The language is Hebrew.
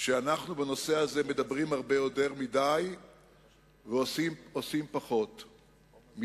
הוא שבנושא הזה אנחנו מדברים הרבה יותר מדי ועושים פחות מדי.